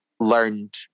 learned